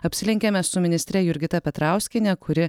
apsilenkėme su ministre jurgita petrauskiene kuri